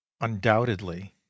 Undoubtedly